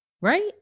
Right